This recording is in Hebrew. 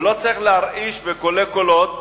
ולא צריך להרעיש בקולי קולות.